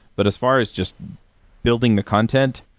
but as far as just building the content,